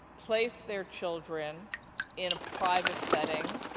place their children in a private setting,